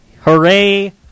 Hooray